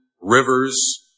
rivers